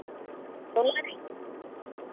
ᱦᱚᱞᱟᱜᱮ